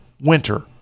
Winter